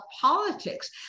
politics